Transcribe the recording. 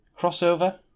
crossover